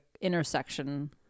intersection